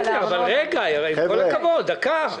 אבל רגע, עם כל הכבוד, דקה.